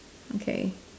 okay